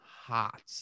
hot